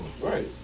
Right